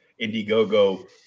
Indiegogo